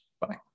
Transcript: Bye